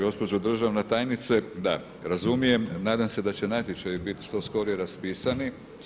Gospođo državna tajnice, da, razumijem, nadam se da će natječaji biti što skorije raspisani.